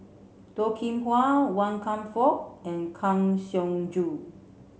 Toh Kim Hwa Wan Kam Fook and Kang Siong Joo